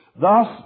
Thus